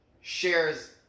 shares